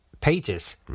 pages